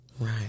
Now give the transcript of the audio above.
Right